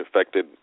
affected